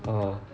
orh